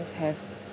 have